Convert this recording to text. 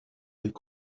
est